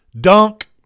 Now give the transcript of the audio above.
dunk